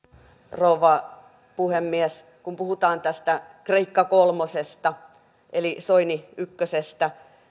rouva puhemies kun puhutaan tästä kreikka kolmosesta eli soini ykkösestä